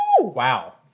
Wow